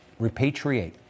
repatriate